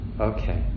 Okay